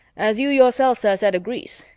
as you yourself, sir, said of greece,